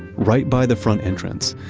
right by the front entrance,